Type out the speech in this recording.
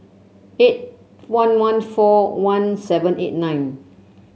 eight one one four one seven eight nine